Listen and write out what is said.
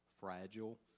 fragile